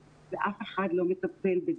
ואף אחד לא מטפל בזה.